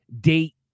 date